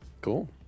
Cool